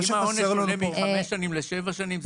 כי אם העונש עולה מחמש שנים לשבע שנים,